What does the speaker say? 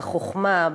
בחוכמה,